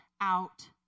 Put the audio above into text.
out